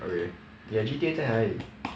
okay 你的 G_T_A 在哪里